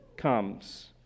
Comes